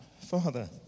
Father